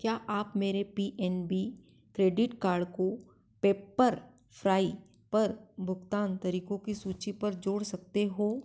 क्या आप मेरे P N B credit card को पेप्परफ्राई पर भुगतान तरीकों की सूचि पर जोड़ सकते हो